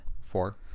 Four